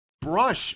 brush